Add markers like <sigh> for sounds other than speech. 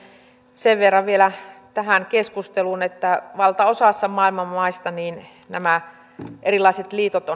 sen verran vielä tähän keskusteluun että valtaosassa maailman maista nämä erilaiset liitot <unintelligible>